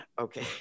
Okay